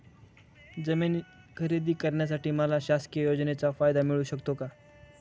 जमीन खरेदी करण्यासाठी मला शासकीय योजनेचा फायदा मिळू शकतो का?